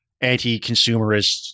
anti-consumerist